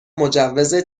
مجوز